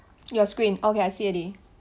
your screen okay I see already